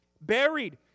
Buried